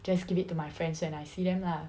just give it to my friends when I see them lah